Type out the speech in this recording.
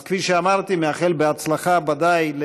אז כפי שאמרתי, נאחל הצלחה, ודאי,